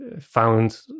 found